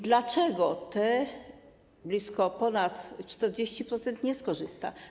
Dlaczego te ponad 40% nie skorzysta?